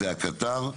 הוא הקטר.